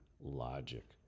logic